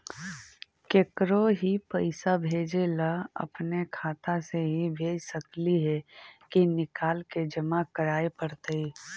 केकरो ही पैसा भेजे ल अपने खाता से ही भेज सकली हे की निकाल के जमा कराए पड़तइ?